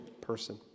person